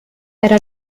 era